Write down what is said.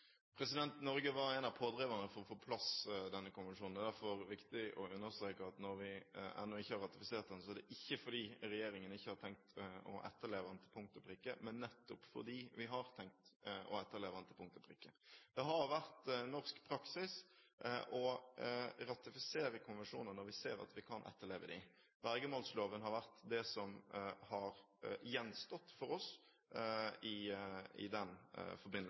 Norge var en av pådriverne for å få på plass denne konvensjonen. Det er derfor viktig å understreke at når vi ennå ikke har ratifisert den, er det ikke fordi regjeringen ikke har tenkt å etterleve den til punkt og prikke, men nettopp fordi vi har tenkt å etterleve den til punkt og prikke. Det har vært norsk praksis å ratifisere konvensjoner når vi ser at vi kan etterleve dem. I den forbindelse er det vergemålsloven som har vært det som har gjenstått for oss.